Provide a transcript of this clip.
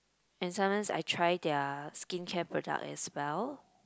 and sometimes I try their skincare product as well